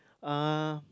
uh